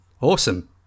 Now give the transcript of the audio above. Awesome